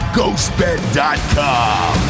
GhostBed.com